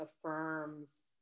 affirms